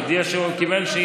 הוא הודיע שהוא קיבל.